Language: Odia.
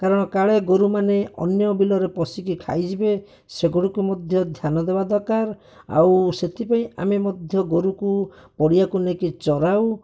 କାରଣ କାଳେ ଗୋରୁମାନେ ଅନ୍ୟ ବିଲରେ ପଶିକି ଖାଇଯିବେ ସେଗୁଡ଼ିକୁ ମଧ୍ୟ ଧ୍ୟାନ ଦେବା ଦରକାର ଆଉ ସେଥିପାଇଁ ଆମେ ମଧ୍ୟ ଗୋରୁକୁ ପଡ଼ିଆକୁ ନେଇକି ଚରାଉ